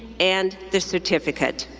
and the certificate.